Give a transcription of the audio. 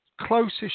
closest